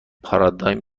پارادایم